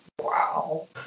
wow